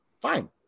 fine